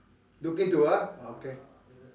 looking to ah ah okay